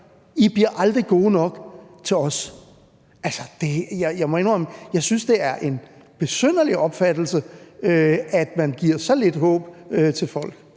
de bliver aldrig gode nok til os. Altså, jeg må indrømme, at jeg synes, det er en besynderlig opfattelse, at man giver så lidt håb til folk.